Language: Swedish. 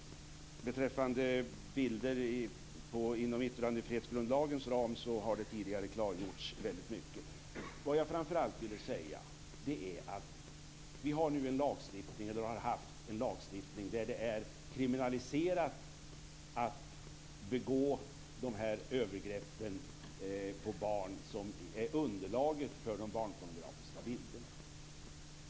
Beträffande bilder inom ramen för yttrandefrihetsgrundlagen har det tidigare klargjorts väldigt mycket. Vad jag framför allt vill säga är att vi nu har och har haft en lagstiftning som gör det kriminaliserat att begå de här övergreppen på barn som är underlaget för de barnpornografiska bilderna.